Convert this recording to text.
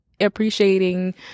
appreciating